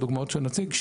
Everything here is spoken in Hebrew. בדוגמאות שנציג,